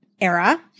era